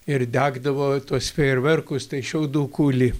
ir degdavo tuos fejerverkus tai šiaudų kūlį